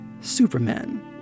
Superman